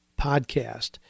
podcast